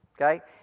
Okay